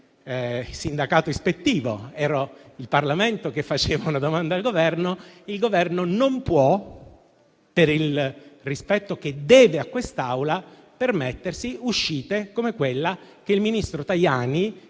di sindacato ispettivo. Era il Parlamento che rivolgeva una domanda al Governo e il Governo non può, per il rispetto che deve a quest'Aula, permettersi uscite come quella che il ministro Tajani